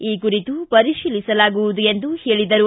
ಈ ಕುರಿತು ಪರಿಶೀಲಿಸಲಾಗುವುದು ಎಂದು ಹೇಳಿದರು